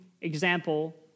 example